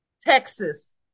Texas